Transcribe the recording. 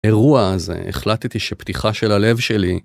אירוע הזה, החלטתי שפתיחה של הלב שלי...